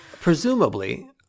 presumably